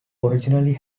originally